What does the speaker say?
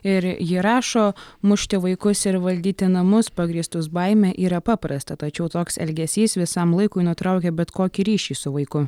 ir ji rašo mušti vaikus ir valdyti namus pagrįstus baime yra paprasta tačiau toks elgesys visam laikui nutraukia bet kokį ryšį su vaiku